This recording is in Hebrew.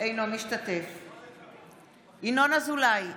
אינו משתתף בהצבעה ינון אזולאי,